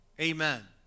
Amen